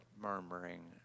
murmuring